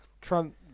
Trump